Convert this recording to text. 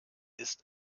ist